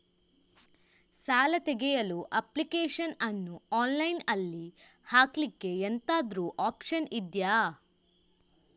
ಸಾಲ ತೆಗಿಯಲು ಅಪ್ಲಿಕೇಶನ್ ಅನ್ನು ಆನ್ಲೈನ್ ಅಲ್ಲಿ ಹಾಕ್ಲಿಕ್ಕೆ ಎಂತಾದ್ರೂ ಒಪ್ಶನ್ ಇದ್ಯಾ?